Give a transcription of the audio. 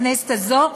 בכנסת הזו,